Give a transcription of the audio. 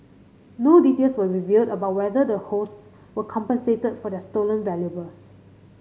no details were revealed about whether the hosts were compensated for their stolen valuables